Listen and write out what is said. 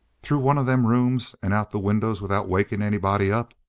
through one of them rooms and out the windows without waking anybody up?